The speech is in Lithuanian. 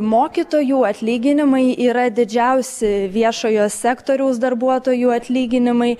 mokytojų atlyginimai yra didžiausi viešojo sektoriaus darbuotojų atlyginimai